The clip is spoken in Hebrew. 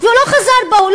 והוא לא חזר בו,